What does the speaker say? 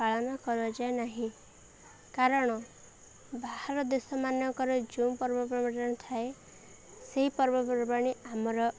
ପାଳନ କରାଯାଏ ନାହିଁ କାରଣ ବାହାର ଦେଶମାନଙ୍କର ଯେଉଁ ପର୍ବପର୍ବାଣି ଥାଏ ସେହି ପର୍ବପର୍ବାଣି ଆମର